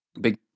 Big